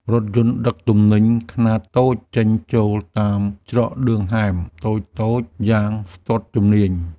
រថយន្តដឹកទំនិញខ្នាតតូចចេញចូលតាមច្រកឌឿងហែមតូចៗយ៉ាងស្ទាត់ជំនាញ។